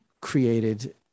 created